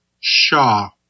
Shaw